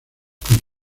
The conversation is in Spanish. con